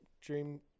dream